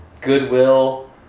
Goodwill